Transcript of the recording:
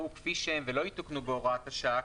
יתוקנו בהוראת השעה,